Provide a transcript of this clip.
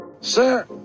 Sir